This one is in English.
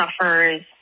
suffers